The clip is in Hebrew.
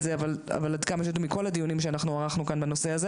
זה אבל זה עד כמה שידוע לי מכל הדיונים שערכנו כאן בנושא הזה